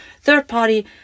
third-party